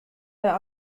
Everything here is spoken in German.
der